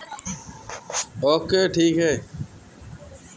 निमन सब फसल नाश क देहलस